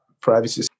privacy